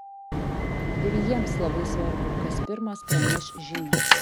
ir jiems labai svarbu kas pirmas praneš žinią